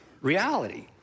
reality